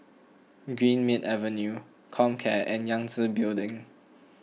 Greenmead Avenue Comcare and Yangtze Building